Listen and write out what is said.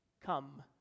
Come